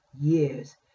years